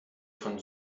von